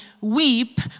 weep